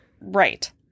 right